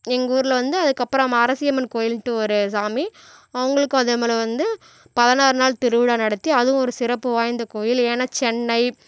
எங்கள் ஊரில் வந்து அதுக்கப்புறம் மாரசியம்மன் கோயில்ன்னுட்டு ஒரு சாமி அவங்களுக்கும் அதேமாதிரி வந்து பதினாறு நாள் திருவிழா நடத்தி அதுவும் ஒரு சிறப்பு வாய்ந்த கோயில் ஏன்னால் சென்னை